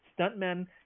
stuntmen